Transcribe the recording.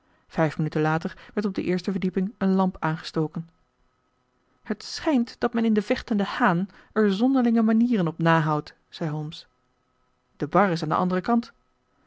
vijf minuten later werd op de eerste verdieping een lamp aangestoken het schijnt dat men in de vechtende haan er zonderlinge manieren op nahoudt zei holmes de bar is aan den anderen kant